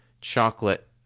chocolate